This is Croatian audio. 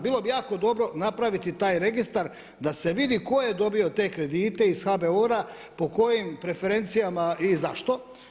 Bilo bi jako dobro napraviti taj registar, da se vidi tko je dobio te kredite iz HBOR-a po kojim preferencijama i zašto.